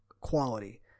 quality